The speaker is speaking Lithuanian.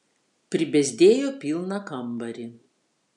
pribezdėjo pilną kambarį